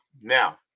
now